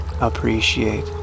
Appreciate